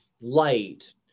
light